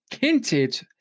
hinted